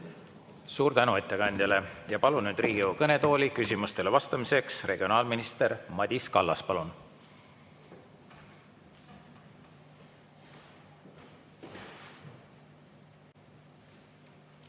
Suur tänu ettekandjale! Palun nüüd Riigikogu kõnetooli küsimustele vastamiseks regionaalminister Madis Kallase.